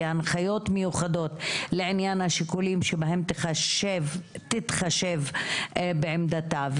הנחיות מיוחדות לעניין השיקולים שבהם תתחשב בעמדתה,